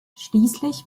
schließlich